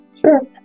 Sure